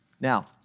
Now